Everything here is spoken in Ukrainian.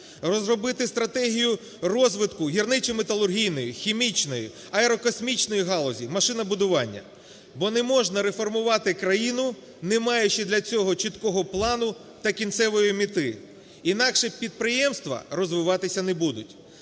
розробити стратегію розвитку гірничо-металургійної, хімічної, аерокосмічної галузі, машинобудування, бо не можна реформувати країну, не маючи для цього чіткого плану та кінцевої мети. Інакше підприємства розвиватися не будуть,